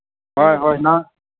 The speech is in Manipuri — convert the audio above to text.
ꯍꯣꯏ ꯍꯣꯏ ꯅꯪ